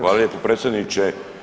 Hvala lijepo predsjedniče.